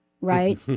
right